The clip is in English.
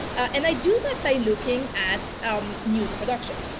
and i do that by looking at um news production.